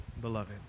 beloved